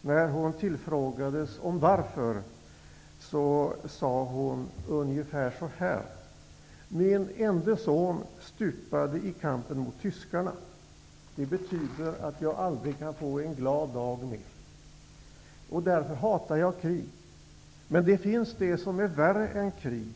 När hon tillfrågades om varför, svarade hon ungefär så här: Min äldste son stupade i kampen mot tyskarna. Det betyder att jag aldrig kan få en glad dag mer. Därför hatar jag krig, men det finns det som är värre än krig.